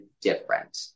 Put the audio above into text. different